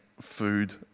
food